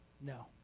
No